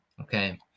okay